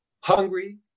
hungry